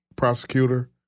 prosecutor